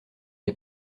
les